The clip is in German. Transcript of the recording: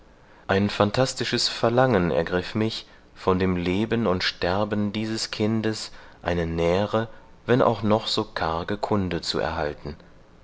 ein phantastisches verlangen ergriff mich von dem leben und sterben des kindes eine nähere wenn auch noch so karge kunde zu erhalten